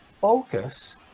focus